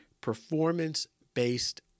performance-based